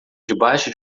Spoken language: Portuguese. debaixo